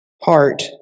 heart